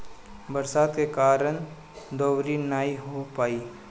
बरसात के कारण दँवरी नाइ हो पाई